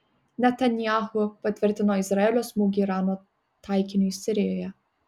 netanyahu patvirtino izraelio smūgį irano taikiniui sirijoje